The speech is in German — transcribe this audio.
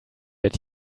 wird